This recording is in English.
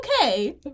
okay